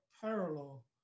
parallel